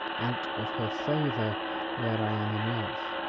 out of her favour where i am in love.